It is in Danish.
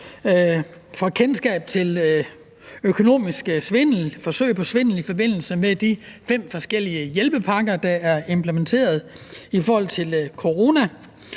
får kendskab til økonomisk svindel eller forsøg på svindel i forbindelse med de fem forskellige hjælpepakker, der er implementeret som coronastøtteordninger,